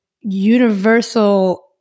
universal